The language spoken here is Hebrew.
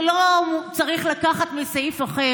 לא צריך לקחת את זה מסעיף אחר,